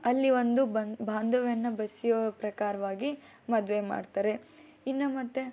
ಅಲ್ಲಿ ಒಂದು ಬಾಂಧವ್ಯವನ್ನು ಬೆಸೆಯೋ ಪ್ರಕಾರವಾಗಿ ಮದುವೆ ಮಾಡ್ತಾರೆ ಇನ್ನು ಮತ್ತೆ